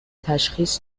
تشخیص